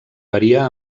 varia